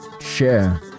share